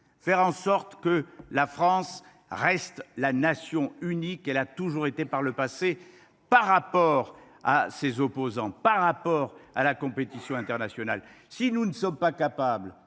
faire en sorte que la France reste la nation unique qu’elle a toujours été par rapport à ses opposants, par rapport à la compétition internationale. Si nous ne sommes pas capables